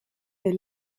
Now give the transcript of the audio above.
est